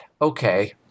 Okay